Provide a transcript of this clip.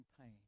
pain